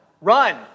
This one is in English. Run